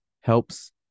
helps